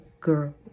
girl